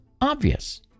obvious